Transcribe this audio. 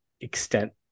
extent